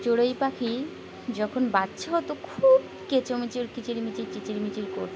চড়ুই পাখি যখন বাচ্চা হতো খুব কেঁচোমেচোর কিচিরমিচির চিচিরমিচির করতো